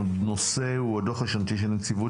על סדר-היום: הדוח השנתי של נציבות